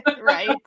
Right